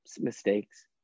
mistakes